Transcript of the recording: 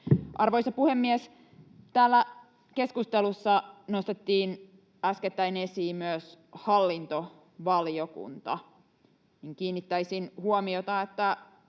Arvoisa puhemies! Täällä keskustelussa nostettiin äskettäin esiin myös hallintovaliokunta. Kiinnittäisin huomiota, että